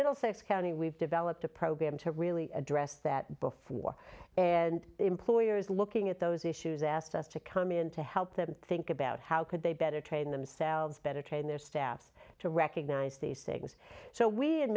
middlesex county we've developed a program to really address that before and employers looking at those issues asked us to come in to help them think about how could they better train themselves better trained their staff to recognize these things so we